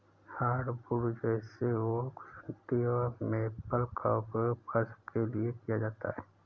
hardwood जैसे oak सन्टी और मेपल का उपयोग फर्श के लिए किया जाता है